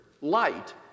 light